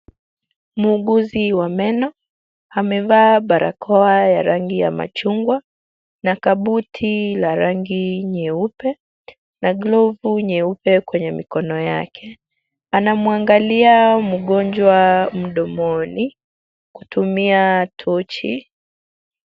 Muuguzi wa meno amevaa barakoa ya rangi ya machunga na kabuti la rangi nyeupe na glovu nyeupe kwenye mikono yake. Anamwangalia mgonjwa mdomoni kutumia tochi.